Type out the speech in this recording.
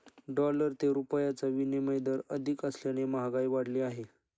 dollar ते रुपयाचा विनिमय दर अधिक असल्याने महागाई वाढली आहे